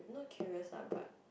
no curious lah but